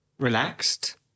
Relaxed